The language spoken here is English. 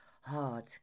hard